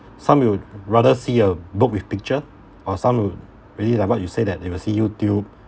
some will rather see a book with picture or some really like what you said they will see Youtube